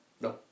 no